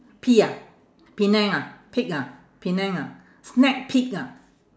P ah penang ah peek ah penang ah snack peek ah